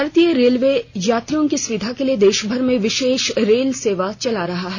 भारतीय रेलवे यात्रियों की सुविधा के लिए देशभर में विशेष रेल सेवाएं चला रहा है